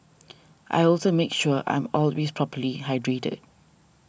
I also make sure I'm always properly hydrated